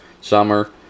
summer